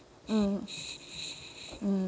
mm mm